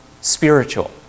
spiritual